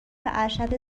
ارشد